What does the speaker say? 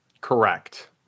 Correct